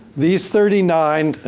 these thirty nine,